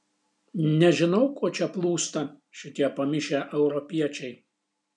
nežinau ko čia plūsta šitie pamišę europiečiai